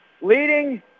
Leading